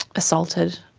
assaulted.